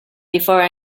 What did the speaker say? before